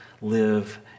live